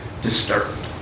disturbed